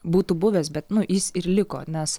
būtų buvęs bet nu jis ir liko nes